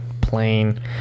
plain